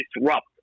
disrupt